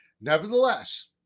Nevertheless